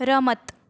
રમત